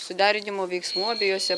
suderinimo veiksmų abiejuose